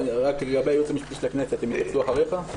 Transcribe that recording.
לגבי הייעוץ המשפטי של הכנסת, הם יתייחסו אחריך?